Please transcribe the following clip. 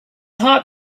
heart